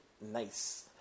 Nice